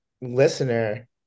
listener